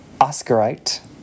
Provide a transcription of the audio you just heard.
Oscarite